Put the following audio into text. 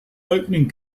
opening